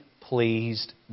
pleased